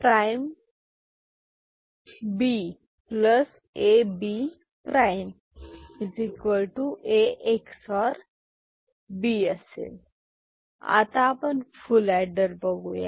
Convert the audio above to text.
B' A⊕B आता full adder बघूया